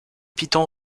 piton